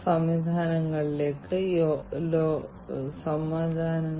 മൂന്നാമത്തേത് IoT IIoT എന്നിവയിലെ സ്റ്റാൻഡേർഡൈസേഷന്റെ അഭാവമാണ്